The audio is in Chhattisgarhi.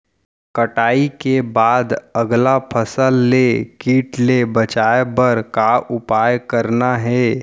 कटाई के बाद अगला फसल ले किट ले बचाए बर का उपाय करना हे?